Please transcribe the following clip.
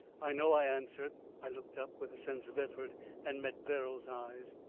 i know, i answered. i looked up with a sense of effort and met verrall's eyes.